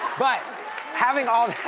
but having all